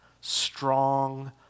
strong